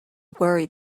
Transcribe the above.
worried